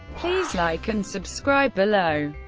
please like and subscribe below.